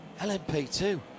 lmp2